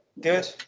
good